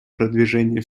продвижения